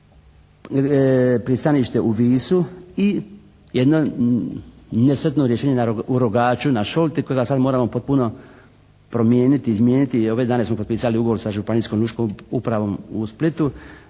pristanište u Visu i jedno nesretno rješenje u Rogaču na Šolti kojega sad moramo potpuno promijeniti, izmijeniti i ove dane smo potpisali ugovor sa Županijskom lučkom upravom u Splitu